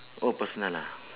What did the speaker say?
oh personal ah